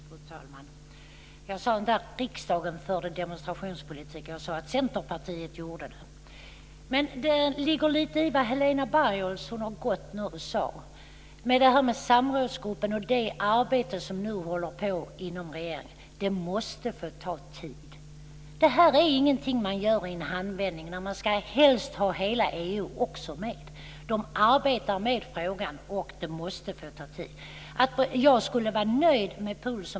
Fru talman! Jag sade inte att riksdagen förde demonstrationspolitik. Jag sade att Centerpartiet gjorde det. Det ligger lite i det som Helena Bargholtz sade - hon har gått nu - om Samrådsgruppen och det arbete som nu sker i regeringen. Det måste få ta tid. Det här är ingenting man gör i en handvändning. Man ska helst också ha med hela EU. De arbetar med frågan, och det måste få ta tid. Åsa Torstensson frågar om jag är nöjd med PUL.